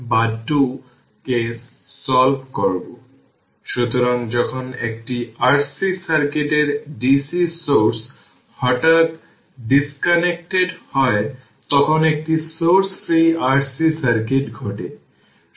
equation 10 কে vt v0 e হিসাবে express করা যেতে পারে